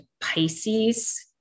Pisces